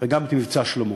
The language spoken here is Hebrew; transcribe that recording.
וגם את "מבצע שלמה"